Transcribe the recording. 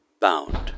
bound